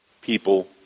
People